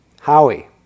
Howie